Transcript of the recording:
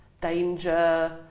danger